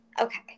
Okay